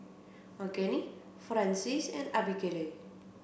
Margene Frances and Abigayle